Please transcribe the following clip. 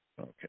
Okay